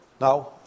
Now